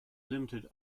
limited